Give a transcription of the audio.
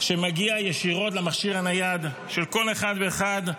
שמגיע ישירות למכשיר הנייד של כל אחד ואחד,